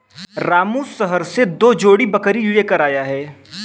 रामू शहर से दो जोड़ी बकरी लेकर आया है